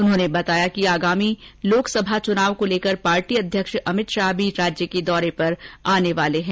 उन्होंने बताया कि आगामी लोकसभा चूनाव को लेकर पार्टी अध्यक्ष अमित शाह भी राज्य के दौरे पर आने वाले हैं